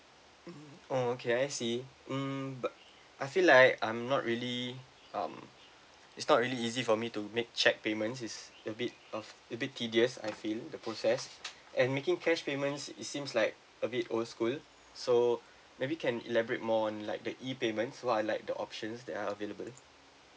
mm orh okay I see mm but I feel like I'm not really um it's not really easy for me to make cheque payments is a bit of a bit tedious I feel the process and making cash payments it seems like a bit old school so maybe can elaborate more on like the e payments so are like the options that are available